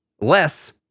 less